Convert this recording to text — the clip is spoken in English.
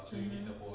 um hmm